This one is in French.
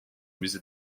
musée